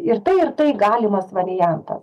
ir tai ir tai galimas variantas